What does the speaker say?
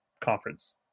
conference